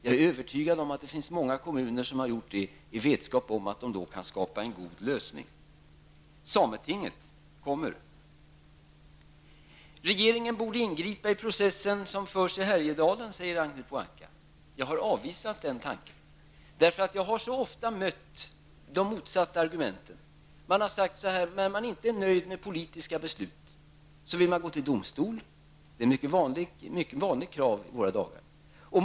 Jag är övertygad om att många kommuner har gjort det i vetskap om att de då kan skapa en god lösning. Sametinget kommer. Ragnhild Pohanka säger att regeringen borde ingripa i den process som förs i Härjedalen. Jag har avvisat den tanken. Jag har nämligen så ofta mött de motsatta argumenten. Man har sagt att när man inte är nöjd med politiska beslut så vill man gå till domstol. Det är ett mycket vanligt krav i våra dagar.